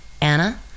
Anna